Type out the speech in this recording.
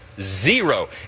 Zero